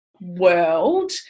world